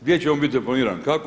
Gdje će on biti deponiran, kako?